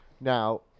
Now